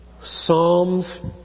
Psalms